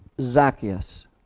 Zacchaeus